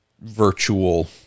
virtual